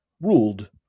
ruled